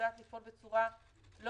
לא